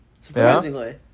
surprisingly